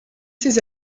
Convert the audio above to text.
ses